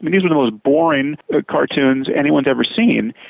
but these were the most boring cartoons anyone's ever seen,